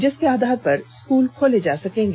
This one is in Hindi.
जिसके आधार पर स्कूल खोला जा सकेगा